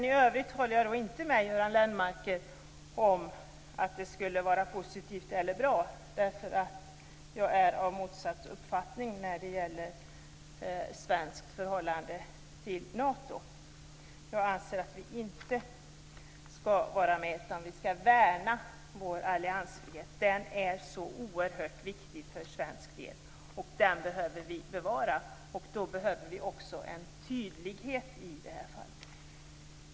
I övrigt håller jag inte med Göran Lennmarker att det skulle vara positivt eller bra. Jag är av motsatt uppfattning när det gäller Sveriges förhållande till Nato. Jag anser att vi inte skall vara med utan att vi skall värna vår alliansfrihet. Den är så oerhört viktig för svensk del, och den behöver vi bevara. Då behöver vi också en tydlighet i den här frågan.